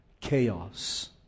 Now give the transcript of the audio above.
Chaos